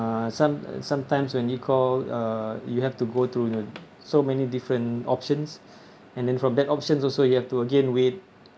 some sometimes when you call uh you have to go through you know so many different options and then from that options also you have to again wait